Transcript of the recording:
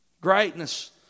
Greatness